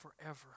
forever